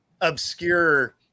obscure